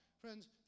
friends